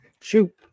Shoot